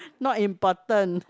not important